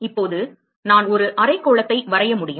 இப்போது நான் ஒரு அரைக்கோளத்தை வரைய முடியும்